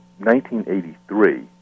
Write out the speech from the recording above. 1983